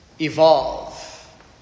evolve